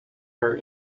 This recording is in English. her